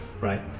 right